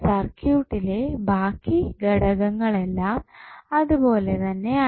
സർക്യൂട്ടിലെ ബാക്കി ഘടകങ്ങളെല്ലാം അതുപോലെ തന്നെയാണ്